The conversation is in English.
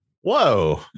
Whoa